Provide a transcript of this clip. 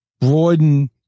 broaden